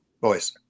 Boys